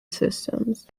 systems